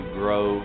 grow